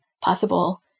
possible